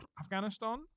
Afghanistan